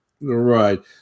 Right